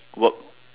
work